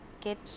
get